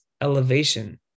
elevation